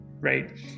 right